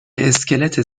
اسکلت